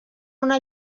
una